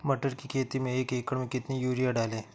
मटर की खेती में एक एकड़ में कितनी यूरिया डालें?